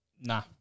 Nah